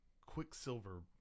quicksilver